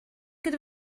gyda